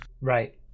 right